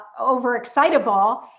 overexcitable